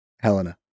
helena